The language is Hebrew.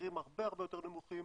המחירים הרבה הרבה יותר נמוכים